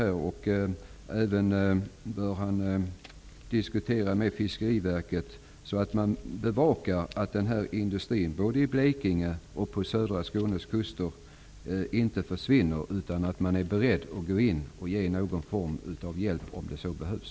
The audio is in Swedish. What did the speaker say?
Han bör även diskutera med Fiskeriverket, så att man bevakar att denna industri, i Blekinge och vid södra Skånes kuster, inte försvinner, och att man är beredd att ge någon form av hjälp om så behövs.